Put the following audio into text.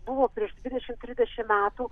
buvo prieš dvidešimt trisdešimt metų